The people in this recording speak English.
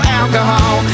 alcohol